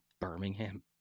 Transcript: Birmingham